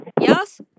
Yes